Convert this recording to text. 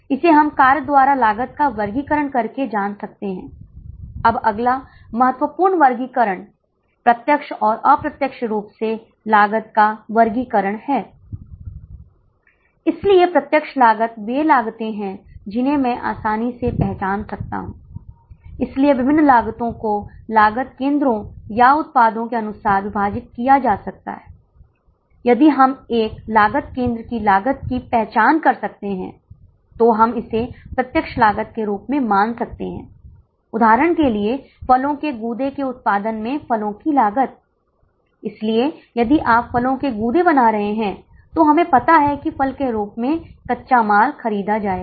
यदि लागत संरचना एक सीधी रेखा है अर्थात आपको एक ही निर्धारित लागत मिली है और केवल एक पीवी अनुपात या प्रति इकाई केवल एक योगदान है तो वहां केवल एक बीईपी होगा लेकिन अगर लागत संरचना एक वक्र है या यदि यह एक चरणबद्ध प्रकृति की है तो आपके पास अधिक बीईपी हो सकते हैं यही कारण है कि प्रश्न के पहले भाग का उत्तर देते समय आपको बीईपी के चार उत्तरों के साथ आना होगा